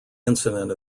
incident